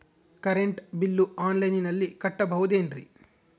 Current bill ಆನ್ಲೈನಿನಲ್ಲಿ ಕಟ್ಟಬಹುದು ಏನ್ರಿ?